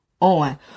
on